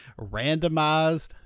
randomized